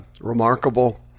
remarkable